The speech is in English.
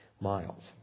miles